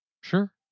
Sure